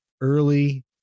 early